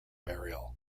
burial